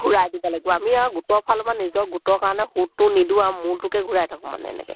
ঘূৰাই দিব লাগিব আমি আৰু গোটৰ ফালৰ পৰা নিজৰ গোটৰ কাৰণে সুতটো নিদিওঁ আৰু মূলটোকে ঘূৰাই থাকোঁ মানে এনেকৈ